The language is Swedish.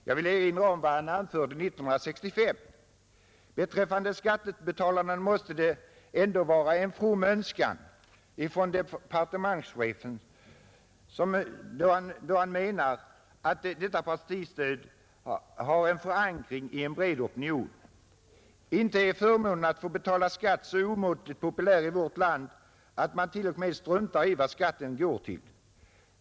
Jag vill erinra om vad han anförde 1965: ”Beträffande skattebetalarna måste det väl ändå vara en from önskan departementschefen hyser då han menar att detta partistöd har förankring i en bred opinion. Inte är förmånen att få betala skatt så omåttligt populär i vårt land att man till och med struntar i vad skatten går till.